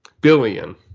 billion